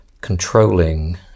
controlling